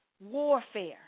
Warfare